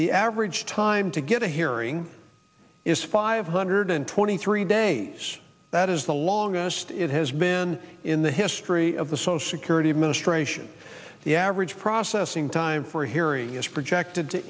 the average time to get a hearing is five hundred twenty three days that is the longest it has been in the history of the social security administration the average processing time for a hearing is projected to